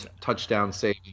touchdown-saving